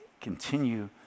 continue